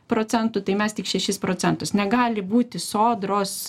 procentų tai mes tik šešis procentus negali būti sodros